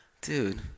dude